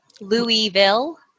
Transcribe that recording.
Louisville